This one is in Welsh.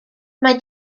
mae